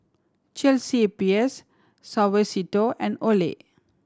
Chelsea Peers Suavecito and Olay